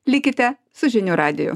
likite su žinių radiju